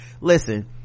listen